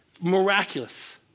miraculous